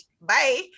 Bye